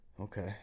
Okay